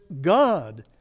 God